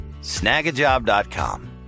Snagajob.com